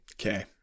Okay